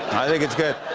i think it's good.